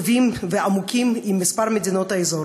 טובים ועמוקים עם כמה ממדינות האזור.